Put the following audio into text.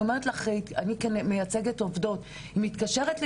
אני אומרת לך שאני כמייצגת עובדות מתקשרת אליי